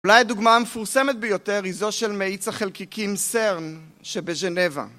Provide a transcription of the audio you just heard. אולי הדוגמה המפורסמת ביותר היא זו של מאיץ החלקיקים סרן שבג'נבה